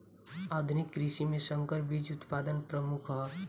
आधुनिक कृषि में संकर बीज उत्पादन प्रमुख ह